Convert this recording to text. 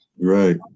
Right